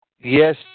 Yes